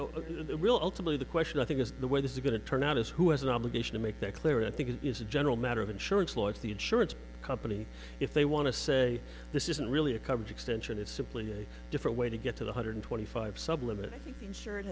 will ultimately the question i think is the way this is going to turn out is who has an obligation to make that clear and i think it is a general matter of insurance laws the insurance company if they want to say this isn't really a coverage extension it's simply a different way to get to one hundred twenty five sublimity insur